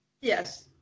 Yes